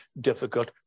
difficult